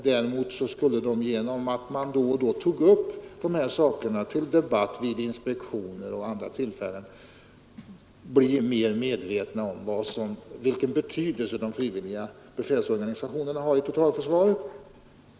Däremot skulle det aktiva befälet genom att man då och då tog upp de här sakerna till debatt vid inspektioner och vid andra tillfällen kunna bli mer medvetet om vilken betydelse de frivilliga befälsorganisationerna har i totalförsvaret.